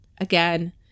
Again